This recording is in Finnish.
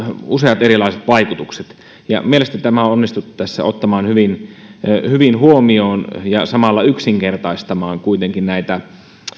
useat erilaiset vaikutukset mielestäni tämä on onnistuttu tässä ottamaan hyvin hyvin huomioon ja samalla yksinkertaistamaan kuitenkin näitä